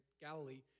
Galilee